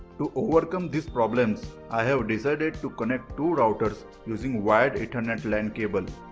to overcome these problems i have decided to connect two routers using wired ethernet lan cable.